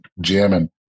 jamming